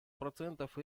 процентов